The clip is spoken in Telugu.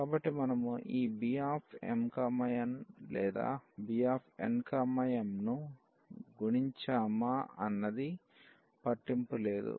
కాబట్టి మనము ఈ Bmn లేదా Bnmను గణించామా అన్నది పట్టింపు లేదు